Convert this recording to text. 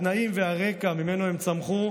התנאים והרקע שממנו הם צמחו,